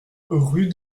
rue